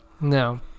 No